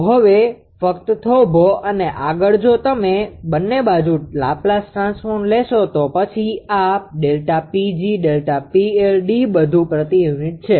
તો હવે ફક્ત થોભો અને આગળ જો તમે બંને બાજુ લાપ્લાઝ ટ્રાન્સફોર્મ લેશો તો પછી આ ΔPg ΔPL D બધું પ્રતિ યુનિટ છે